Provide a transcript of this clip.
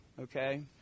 okay